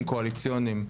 קואליציוניים.